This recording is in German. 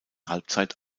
halbzeit